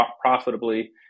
profitably